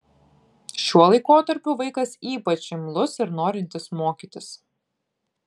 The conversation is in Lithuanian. šiuo laikotarpiu vaikas ypač imlus ir norintis mokytis